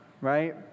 right